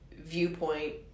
viewpoint